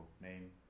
name